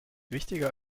wichtiger